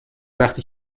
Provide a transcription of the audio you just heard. وقتی